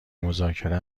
مذاکره